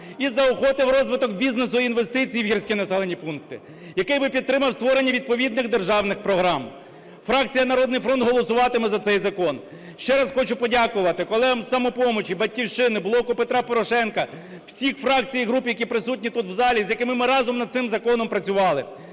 і заохотив розвиток бізнесу і інвестицій в гірські населені пункти, який би підтримав створення відповідних державних програм. Фракція "Народний фронт" голосуватиме за цей закон. Ще раз хочу подякувати колегам із "Самопомочі", "Батьківщини", "Блоку Петра Порошенка", всіх фракцій і груп, які присутні тут в залі, з якими ми разом над цим законом працювали.